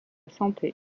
santé